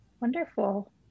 Wonderful